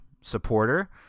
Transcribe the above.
supporter